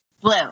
Blue